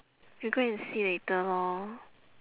we go and see later lor